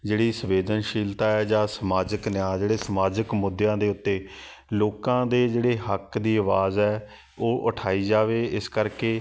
ਜਿਹੜੀ ਸੰਵੇਦਨਸ਼ੀਲਤਾ ਹੈ ਜਾਂ ਸਮਾਜਿਕ ਨਿਆਂ ਜਿਹੜੇ ਸਮਾਜਿਕ ਮੁੱਦਿਆਂ ਦੇ ਉੱਤੇ ਲੋਕਾਂ ਦੇ ਜਿਹੜੇ ਹੱਕ ਦੀ ਆਵਾਜ਼ ਹੈ ਉਹ ਉਠਾਈ ਜਾਵੇ ਇਸ ਕਰਕੇ